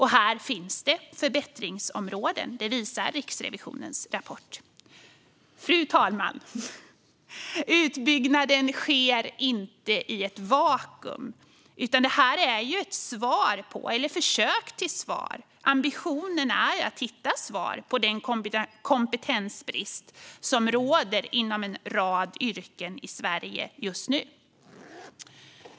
Här finns förbättringsområden. Det visar Riksrevisionens rapport. Fru talman! Utbyggnaden sker inte i ett vakuum, utan här finns ett försök till svar. Ambitionen är att hitta svar på den kompetensbrist som råder inom en rad yrken i Sverige just nu.